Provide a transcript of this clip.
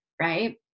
right